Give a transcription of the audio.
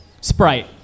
Sprite